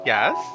Yes